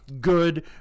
good